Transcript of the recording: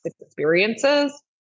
experiences